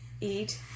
eat